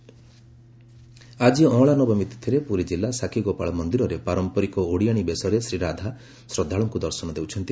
ଅଁଳା ନବମୀ ଆକି ଅଁଳା ନବମୀ ତିଥିରେ ପୁରୀ କିଲ୍ଲା ଶାକିଗୋପାଳ ମନ୍ଦିରରେ ପାରମ୍ମରିକ ଓଡ଼ିଆଶୀ ବେଶରେ ଶ୍ରୀ ରାଧା ଶ୍ରଦ୍ଧାଳୁଙ୍କୁ ଦର୍ଶନ ଦେଉଛନ୍ତି